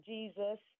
Jesus